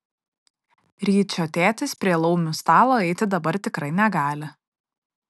ryčio tėtis prie laumių stalo eiti dabar tikrai negali